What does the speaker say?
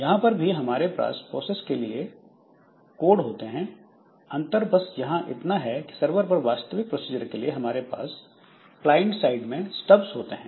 यहां पर भी हमारे पास प्रोसेस के लिए पोर्ट्स होते हैं अंतर बस यहां इतना है कि सरवर पर वास्तविक प्रोसीजर के लिए हमारे पास क्लाइंट साइड में स्टब्स होते हैं